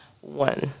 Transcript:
one